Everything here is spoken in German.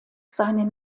seinen